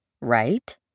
right